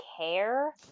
care